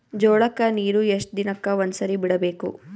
ಜೋಳ ಕ್ಕನೀರು ಎಷ್ಟ್ ದಿನಕ್ಕ ಒಂದ್ಸರಿ ಬಿಡಬೇಕು?